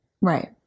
Right